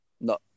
No